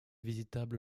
visitable